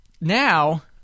now